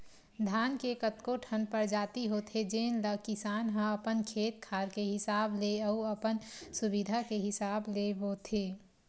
धान के कतको ठन परजाति होथे जेन ल किसान ह अपन खेत खार के हिसाब ले अउ अपन सुबिधा के हिसाब ले बोथे